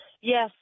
Yes